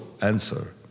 answer